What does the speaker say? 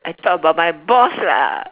I talk about my boss lah